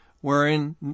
wherein